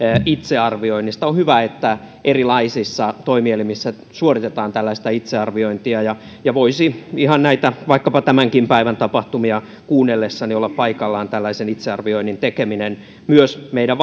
itsearvioinnista on hyvä että erilaisissa toimielimissä suoritetaan tällaista itsearviointia ja ja voisi ihan näitä vaikkapa tämänkin päivän tapahtumia kuunnellessa olla paikallaan tällainen itsearvioinnin tekeminen myös meidän